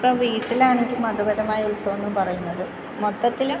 ഇപ്പോൾ വീട്ടിലാണെങ്കിൽ മതപരമായ ഉത്സവം എന്നു പറയുന്നത് മൊത്തത്തിലും